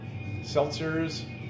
seltzers